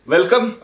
Welcome